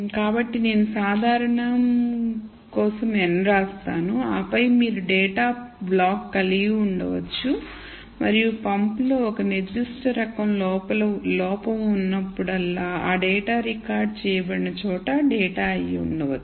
కాబట్టి నేను సాధారణం కోసం n వ్రాస్తాను ఆపై మీరు డేటా బ్లాక్ కలిగి ఉండవచ్చు మరియు పంపులో ఒక నిర్దిష్ట రకం లోపం ఉన్నప్పుడల్లా ఆ డేటా రికార్డ్ చేయబడిన డేటా అయి ఉండవచ్చు